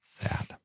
Sad